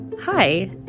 Hi